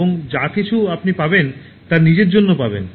এবং যা কিছু আপনি পাবেন তা নিজের জন্য পাবেন